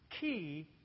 key